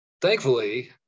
thankfully